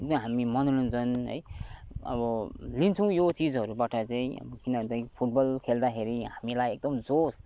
हामी मनोरञ्जन है अब लिन्छौँ यो चिजहरूबाट चाहिँ किनभने चाहिँ फुटबल खेल्दाखेरि हामीलाई एकदम जोस